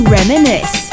Reminisce